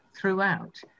throughout